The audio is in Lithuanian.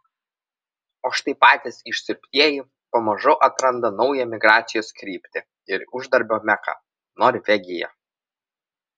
o štai patys išsiurbtieji pamažu atranda naują migracijos kryptį ir uždarbio meką norvegiją